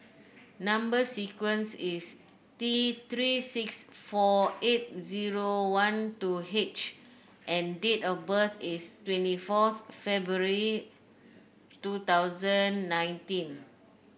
number sequence is T Three six four eight zero one two H and date of birth is twenty forth February two thousand nineteen